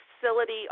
facility